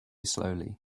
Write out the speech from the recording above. slowly